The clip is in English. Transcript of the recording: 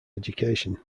education